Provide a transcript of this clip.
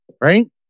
right